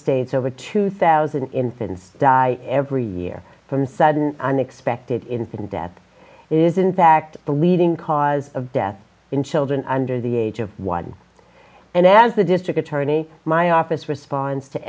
states over two thousand incidents die every year from sudden unexpected infant deaths is in fact the leading cause of death in children under the age of one and as the district attorney my office responds to